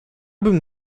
bym